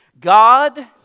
God